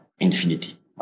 Infinity